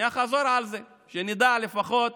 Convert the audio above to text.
אני אחזור על זה, שנדע לפחות